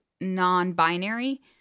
non-binary